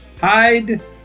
hide